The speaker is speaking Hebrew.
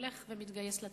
הולך ומתגייס לצבא,